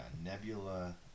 Nebula